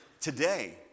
today